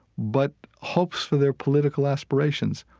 but hopes for their political aspirations,